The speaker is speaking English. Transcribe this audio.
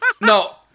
No